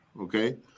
Okay